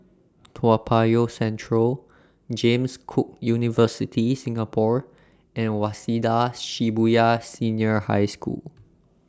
Toa Payoh Central James Cook University Singapore and Waseda Shibuya Senior High School